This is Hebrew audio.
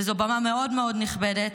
וזו במה מאוד מאוד נכבדת,